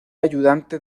ayudante